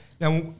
Now